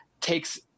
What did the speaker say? takes